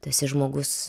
tu esi žmogus